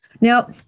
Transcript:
Now